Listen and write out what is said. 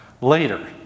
later